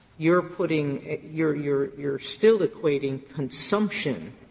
you're putting you're you're you're still equating consumption